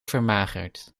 vermagerd